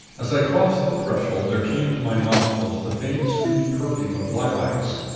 as i crossed the threshold there came to my nostrils the faint sweet perfume of lilacs.